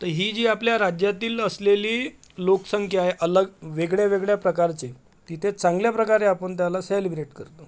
तर ही जी आपल्या राज्यातील असलेली लोकसंख्या आहे अलग वेगळ्यावेगळ्या प्रकारची तिथे चांगल्या प्रकारे आपण त्याला सेलिब्रेट करतो